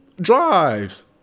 Drives